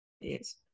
Yes